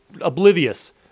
oblivious